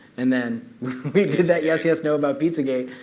and then we did that yes yes no about pizzagate,